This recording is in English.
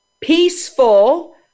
peaceful